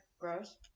gross